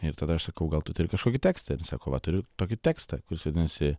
ir tada aš sakau gal tu turi kažkokį tekstą ir sako va turiu tokį tekstą kuris vadinasi